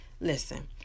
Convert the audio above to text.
Listen